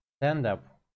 stand-up